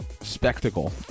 spectacle